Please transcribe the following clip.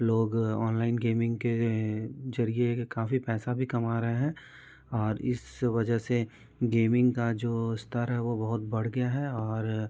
लोग online gaming के ज़रिए काफ़ी पैसा भी कमा रहें हैं और इस वजह से गेमिंग का जो स्तर है वो बहुत बढ़ गया है और